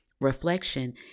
reflection